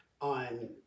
on